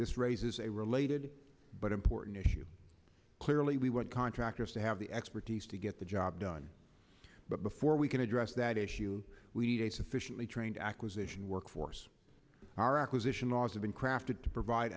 raises a related but important issue clearly we want contractors to have the expertise to get the job done but before we can address that issue we need a sufficiently trained acquisition workforce our acquisition laws have been crafted to provide